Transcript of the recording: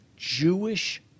Jewish